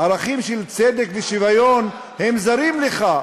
ערכים של צדק ושוויון הם זרים לך.